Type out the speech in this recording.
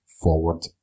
forward